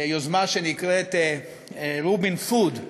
יוזמה שנקראת "רובין פוד",